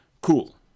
cool